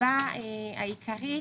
הסיבה העיקרית,